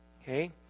okay